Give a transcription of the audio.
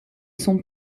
sont